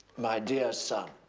my dear son.